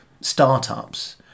startups